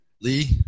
Lee